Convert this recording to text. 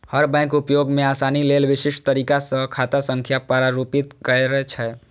हर bank उपयोग मे आसानी लेल विशिष्ट तरीका सं खाता संख्या प्रारूपित करै छै